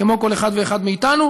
כמו כל אחד ואחד מאתנו,